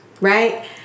right